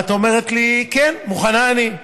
ואת אומרת לי: כן, מוכנה אני.